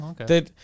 Okay